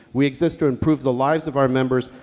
we exist to improve the lives of our members.